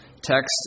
text